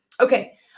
Okay